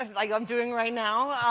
and like i'm doing right now.